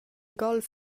golf